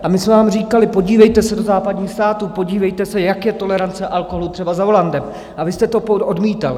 A my jsme vám říkali, podívejte se do západních států, podívejte se, jak je tolerance alkoholu třeba za volantem, a vy jste to odmítal.